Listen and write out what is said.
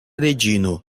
reĝino